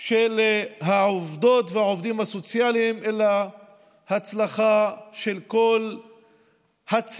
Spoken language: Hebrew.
של העובדות והעובדים הסוציאליים אלא הצלחה של כל הציבור,